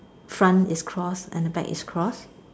front is cross and the back is cross